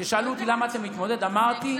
כששאלו אותי למה אתה מתמודד, אמרתי: